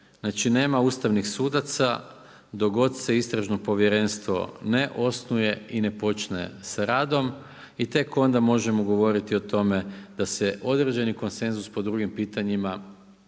Znači nema ustavnih sudaca dok god se istražno povjerenstvo ne osnuje i ne počne sa radom i tek onda možemo govoriti o tome da se određeni konsenzus po drugim pitanjima